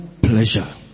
pleasure